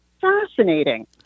fascinating